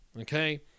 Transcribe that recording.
Okay